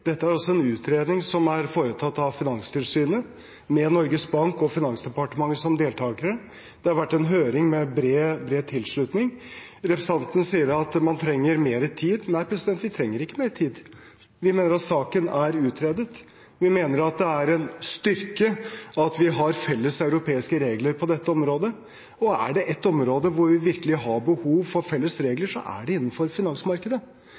Finansdepartementet som deltakere. Det har vært en høring med bred tilslutning. Representanten sier at man trenger mer tid. Nei, vi trenger ikke mer tid. Vi mener at saken er utredet. Vi mener at det er en styrke at vi har felles europeiske regler på dette området, og er det ett område hvor vi virkelig har behov for felles regler, er det innenfor finansmarkedet.